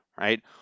right